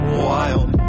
wild